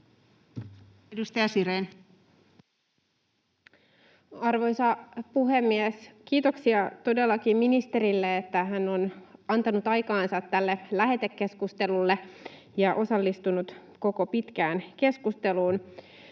18:12 Content: Arvoisa puhemies! Kiitoksia todellakin ministerille, että hän on antanut aikaansa tälle lähetekeskustelulle ja osallistunut koko pitkään keskusteluun.